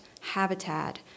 habitat